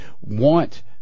want